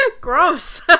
Gross